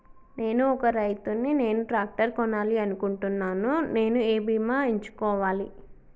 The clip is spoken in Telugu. నేను ఒక రైతు ని నేను ట్రాక్టర్ కొనాలి అనుకుంటున్నాను నేను ఏ బీమా ఎంచుకోవాలి?